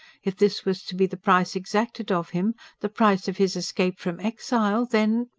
if this was to be the price exacted of him the price of his escape from exile then.